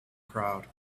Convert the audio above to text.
crowd